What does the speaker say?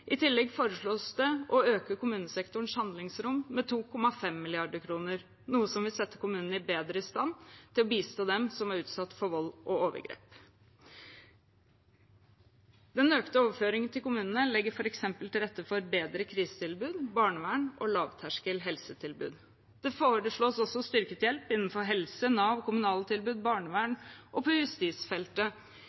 I tillegg foreslås det å øke kommunesektorens handlingsrom med 2,5 mrd. kr, noe som vil sette kommunene bedre i stand til å bistå dem som er utsatt for vold og overgrep. Den økte overføringen til kommunene legger f.eks. til rette for bedre krisetilbud, barnevern og lavterskel helsetilbud. Det foreslås også styrket hjelp innenfor helse, Nav, kommunale tilbud, barnevernet og justisfeltet.